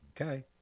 Okay